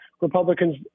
Republicans